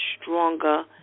stronger